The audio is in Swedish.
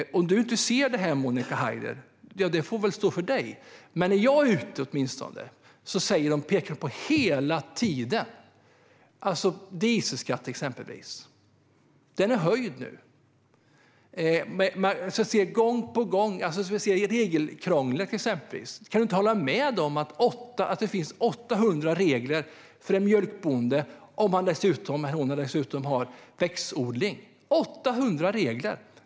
Om du inte ser detta får det stå för dig, Monica Haider. Men när jag är ute pekar de hela tiden på saker som dieselskatten, som nu är höjd. Jag ser regelkrånglet gång på gång. Det finns 800 regler för en mjölkbonde om han eller hon dessutom ägnar sig åt växtodling. 800 regler!